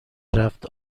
رفت